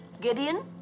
Gideon